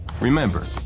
Remember